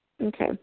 Okay